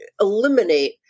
eliminate